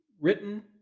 Written